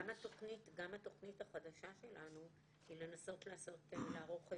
גם התוכנית החדשה שלנו היא לנסות לערוך מערך.